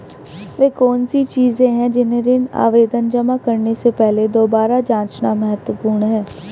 वे कौन सी चीजें हैं जिन्हें ऋण आवेदन जमा करने से पहले दोबारा जांचना महत्वपूर्ण है?